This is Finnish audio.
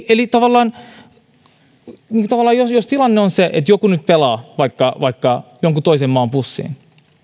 eli tavallaan jos jos tilanne on se että joku nyt pelaa vaikka vaikka jonkun toisen maan pussiin